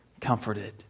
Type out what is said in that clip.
comforted